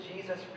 Jesus